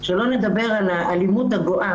שלא נדבר על האלימות הגואה,